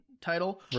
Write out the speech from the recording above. title